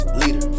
leader